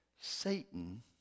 Satan